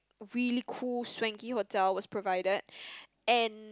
really cool swanky hotel was provided and